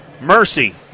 mercy